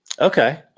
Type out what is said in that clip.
Okay